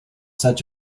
such